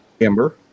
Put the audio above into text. Amber